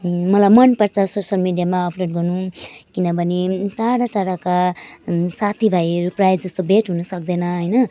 मलाई मनपर्छ सोसल मिडियामा अप्लोड गर्नु किनभने टाढाटाढाका साथीभाइहरू प्रायःजस्तो भेट हुनसक्दैन होइन